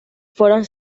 fueron